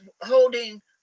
holding